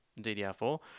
DDR4